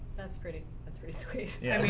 that's pretty that's pretty sweet. yeah, i mean,